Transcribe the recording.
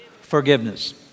forgiveness